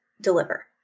deliver